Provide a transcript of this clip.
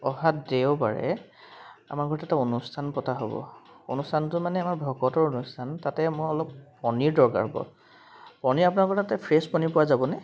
অহা দেওবাৰে আমাৰ ঘৰত এটা অনুষ্ঠান পতা হ'ব অনুষ্ঠানটো মানে আমাৰ ভকতৰ অনুষ্ঠান তাতে মই অলপ পনীৰ দৰকাৰ হ'ব পনীৰ আপোনালোকৰ তাতে ফ্ৰেছ পনীৰ পোৱা যাবনে